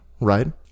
right